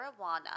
marijuana